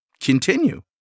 Continue